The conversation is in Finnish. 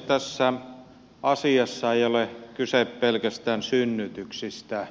tässä asiassa ei ole kyse pelkästään synnytyksistä